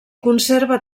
conserva